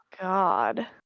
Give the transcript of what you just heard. god